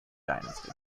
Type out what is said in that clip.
dynasty